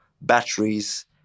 batteries